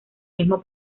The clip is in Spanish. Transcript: mismo